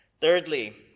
Thirdly